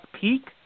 peak